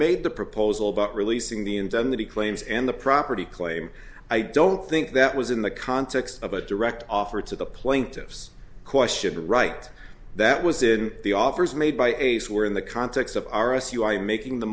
made the proposal about releasing the indemnity claims and the property claim i don't think that was in the context of a direct offer to the plaintiffs question the right that was in the offers made by ace were in the context of r s u i'm making the